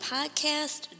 podcast